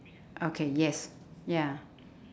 okay yes ya